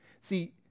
See